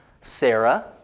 Sarah